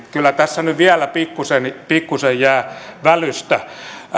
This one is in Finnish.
kyllä tässä nyt vielä pikkuisen pikkuisen jää välystä